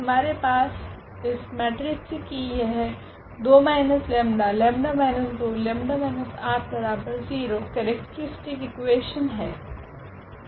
हमारे पास इस मेट्रिक्स की यह ⇒2−𝜆𝜆−2𝜆−80 केरेक्ट्रीस्टिक इकुवेशन पास है